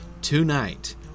tonight